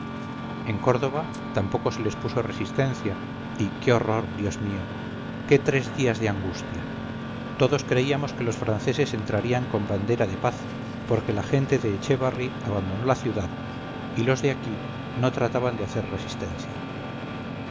en córdoba tampoco se les puso resistencia y qué horror dios mío qué tres días de angustia todos creíamos que los franceses entraríancon bandera de paz porque la gente de echévarri abandonó la ciudad y los de aquí no trataban de hacer resistencia